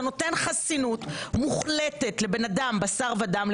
אתה נותן חסינות מוחלטת לבן אדם בשר ודם,